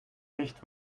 nicht